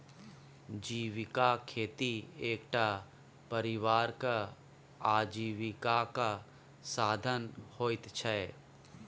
जीविका खेती एकटा परिवारक आजीविकाक साधन होइत छै